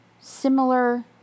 similar